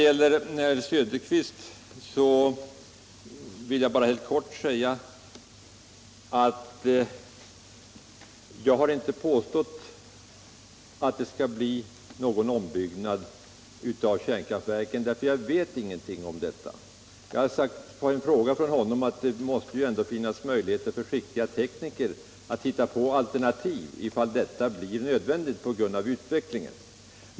Till herr Söderqvist vill jag endast helt kort säga att jag inte har påstått att det skall bli någon ombyggnad av kärnkraftverken, därför att i dag vet vi ingenting om detta. Jag har sagt som svar på en fråga från herr Söderqvist att det måste ändå finnas möjligheter för skickliga tekniker att hitta på alternativ, ifall det blir nödvändigt på grund av utvecklingen.